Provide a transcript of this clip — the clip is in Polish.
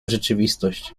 rzeczywistość